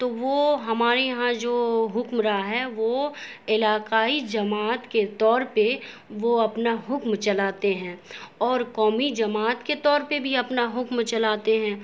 تو وہ ہمارے یہاں جو حکمراں ہے وہ علاقائی جماعت کے طور پہ وہ اپنا حکم چلاتے ہیں اور قومی جماعت کے طور پہ بھی اپنا حکم چلاتے ہیں